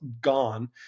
gone